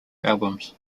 albums